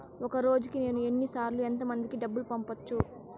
ఒక రోజుకి నేను ఎన్ని సార్లు ఎంత మందికి డబ్బులు పంపొచ్చు?